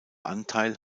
anteil